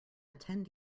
attend